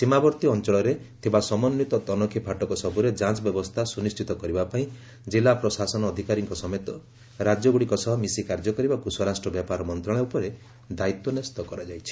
ସୀମାବର୍ତ୍ତୀ ଅଞ୍ଚଳରେ ଥିବା ସମନ୍ୱିତ ତନଖୀ ଫାଟକ ସବୁରେ ଯାଞ୍ଚ ବ୍ୟବସ୍ଥା ସୁନିଶ୍ଚିତ କରିବା ପାଇଁ କିଲ୍ଲ ପ୍ରଶାସନ ଅଧିକାରୀଙ୍କ ସମେତ ରାଜ୍ୟଗୁଡ଼ିକ ସହ ମିଶି କାର୍ଯ୍ୟ କରିବାକୃ ସ୍ୱରାଷ୍ଟ୍ର ବ୍ୟାପାର ମନ୍ତ୍ରଣାଳୟ ଉପରେ ଦାୟିତ୍ୱ ନ୍ୟସ୍ତ କରାଯାଇଛି